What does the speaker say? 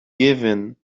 giving